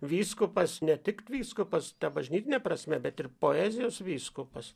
vyskupas ne tik vyskupas ta bažnytine prasme bet ir poezijos vyskupas